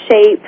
shape